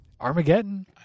Armageddon